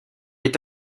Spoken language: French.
est